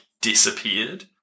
disappeared